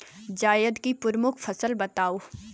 जायद की प्रमुख फसल बताओ